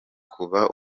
kuva